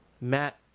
Matt